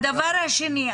הדבר השני.